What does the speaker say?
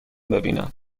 ببینم